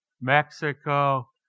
Mexico